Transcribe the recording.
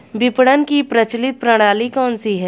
विपणन की प्रचलित प्रणाली कौनसी है?